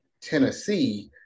Tennessee